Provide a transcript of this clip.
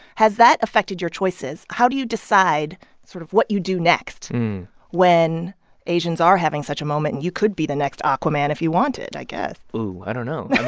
has that affected your choices? how do you decide sort of what you do next when asians are having such a moment and you could be the next aquaman if you wanted, i guess? oh, i don't know